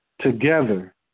together